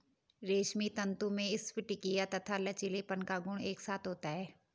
रेशमी तंतु में स्फटिकीय तथा लचीलेपन का गुण एक साथ होता है